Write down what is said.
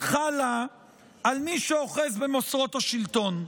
חלה על מי שאוחז במוסרות השלטון.